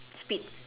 speed